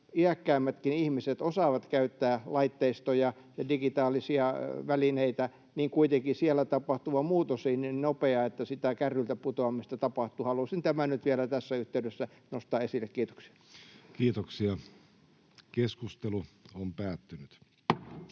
iäkkäämmätkin ihmiset osaavat käyttää laitteistoja ja digitaalisia välineitä, siellä tapahtuva muutos on kuitenkin niin nopeaa, että sitä kärryiltä putoamista tapahtuu. — Halusin tämän nyt vielä tässä yhteydessä nostaa esille. — Kiitoksia.